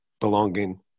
Belonging